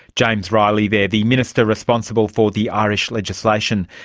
james reilly there, the minister responsible for the irish legislation.